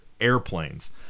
airplanes